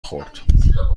خورد